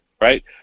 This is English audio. right